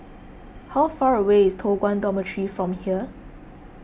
how far away is Toh Guan Dormitory from here